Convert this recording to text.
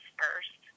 first